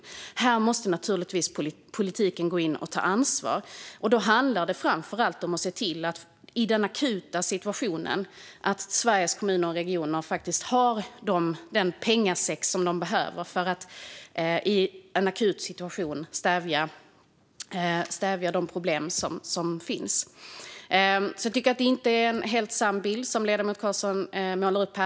Här måste naturligtvis politiken gå in och ta ansvar. Det handlar framför allt om att i den akuta situationen se till att Sveriges kommuner och regioner har den pengasäck de behöver för att stävja de problem som finns. Jag tycker alltså inte att det är en helt sann bild som ledamoten Carlsson målar upp.